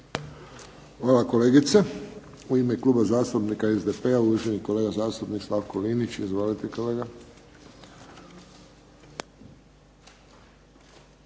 Hvala kolegice. U ime Kluba zastupnika SDP-a uvaženi kolega zastupnik Slavko Linić. Izvolite kolega.